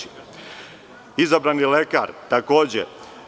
Izabrani lekar, takođe.